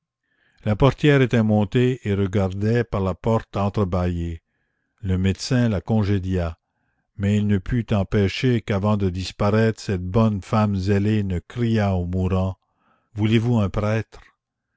la portière était montée et regardait par la porte entre-bâillée le médecin la congédia mais il ne put empêcher qu'avant de disparaître cette bonne femme zélée ne criât au mourant voulez-vous un prêtre